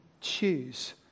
choose